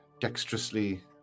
dexterously